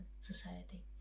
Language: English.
society